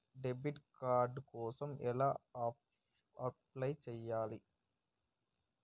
Debit card కోసం ఎలా apply చేయాలి?